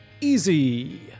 easy